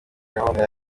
gahunda